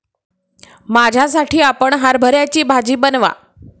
माझ्यासाठी आपण हरभऱ्याची भाजी बनवा